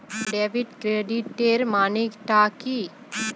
Debit ক্রেডিটের মানে টা কি?